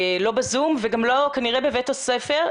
לא בזום וגם לא כנראה בבית הספר,